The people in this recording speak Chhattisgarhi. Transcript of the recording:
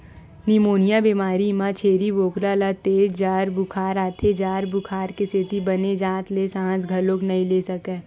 निमोनिया बेमारी म छेरी बोकरा ल तेज जर बुखार आथे, जर बुखार के सेती बने जात ले सांस घलोक नइ ले सकय